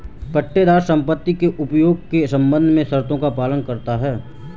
पट्टेदार संपत्ति के उपयोग के संबंध में शर्तों का पालन करता हैं